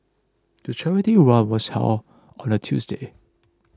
the charity run was held on a Tuesday